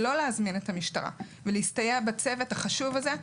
לא להזמין את המשטרה ולהסתייע בצוות החשוב הזה,